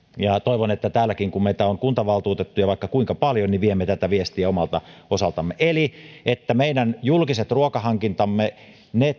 toivon että täälläkin kun meitä kuntavaltuutettuja on vaikka kuinka paljon viemme tätä viestiä omalta osaltamme eli että meidän julkiset ruokahankintamme